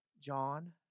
John